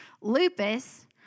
lupus